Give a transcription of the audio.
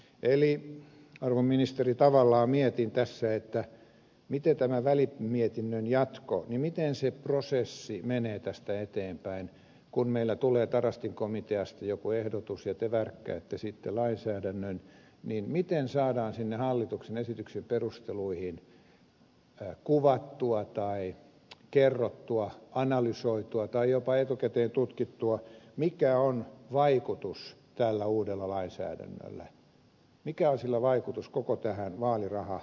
arvon ministeri tavallaan mietin tässä miten tämä välimietinnön jatko se prosessi menee tästä eteenpäin kun meille tulee tarastin komiteasta joku ehdotus ja te värkkäätte sitten lainsäädännön miten saadaan sinne hallituksen esityksen perusteluihin kuvattua tai kerrottua analysoitua tai jopa etukäteen tutkittua mikä vaikutus on tällä uudella lainsäädännöllä mikä vaikutus sillä on koko tähän vaalirahaongelmatiikkaan